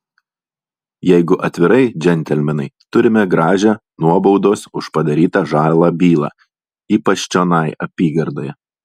jeigu atvirai džentelmenai turime gražią nuobaudos už padarytą žalą bylą ypač čionai apygardoje